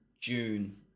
June